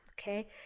okay